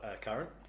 current